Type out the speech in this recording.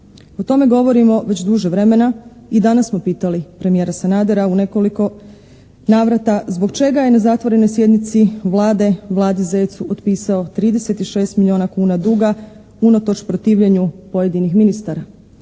O tome govorimo već duže vremena i danas smo pitali premijera Sanadera u nekoliko navrata zbog čega je na zatvorenoj sjednici Vlade Vladi Zecu otpisao 36 milijuna kuna duga unatoč protivljenju pojedinih ministara.